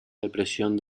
depresión